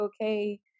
okay